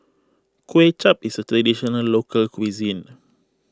Kuay Chap is a Traditional Local Cuisine